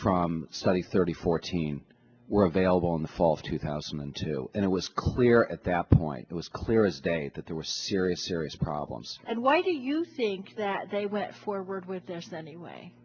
study thirty fourteen were available in the fall of two thousand and two and it was clear at that point it was clear as day that there were serious serious problems and why do you think that they went forward with